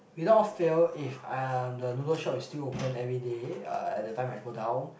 without fail if uh the noodle shop is still open everyday uh at the time I go down